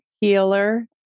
healer